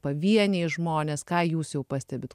pavieniai žmonės ką jūs jau pastebit